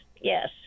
yes